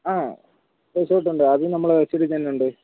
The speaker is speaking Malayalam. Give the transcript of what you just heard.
ആ റിസോട്ടുണ്ട് അതും നമ്മളെ കസ്റ്റഡീതന്നൊണ്ട്